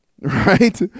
Right